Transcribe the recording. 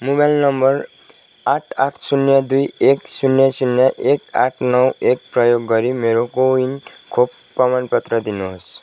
mobile नम्बर आठ आठ शून्य दुई एक शून्य शून्य एक आठ नौ एक प्रयोग गरी मेरो को विन खोप प्रमाणपत्र दिनुहोस्